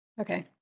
okay